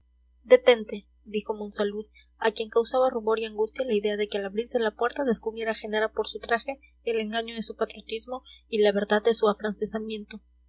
llave detente dijo monsalud a quien causaba rubor y angustia la idea de que al abrirse la puerta descubriera genara por su traje el engaño de su patriotismo y la verdad de su